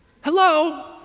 Hello